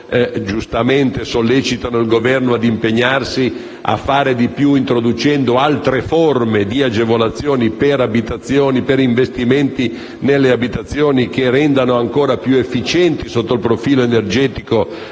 giustamente, sollecitano il Governo a impegnarsi a fare di più introducendo altre forme di agevolazioni per investimenti nelle abitazioni che le rendano ancora più efficienti sotto il profilo energetico